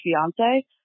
fiance